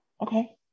Okay